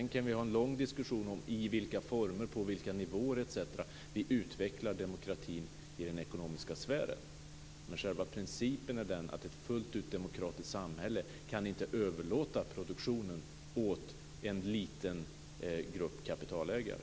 Vi kan ha en lång diskussion om i vilka former, på vilka nivåer etc. som vi utvecklar demokratin i den ekonomiska sfären, men själva principen är den att ett fullt ut demokratiskt samhälle inte kan överlåta produktionen åt en liten grupp kapitalägare.